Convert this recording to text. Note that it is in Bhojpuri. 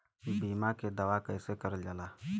बीमा के दावा कैसे करल जाला?